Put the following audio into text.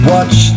Watch